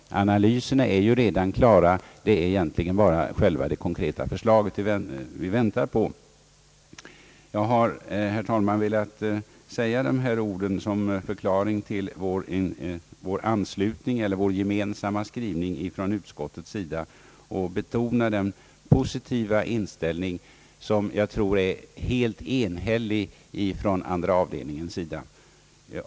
Analyserna är redan klara, det är egentligen bara det konkreta förslaget vi väntar på. Jag har, herr talman, velat säga detta som förklaring till den gemensamma skrivningen från utskottets sida, och jag vill betona den positiva inställning som jag tror är helt enhällig inom statsutskottets andra avdelning.